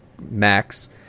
Max